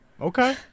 Okay